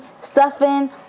Stuffing